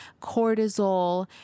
cortisol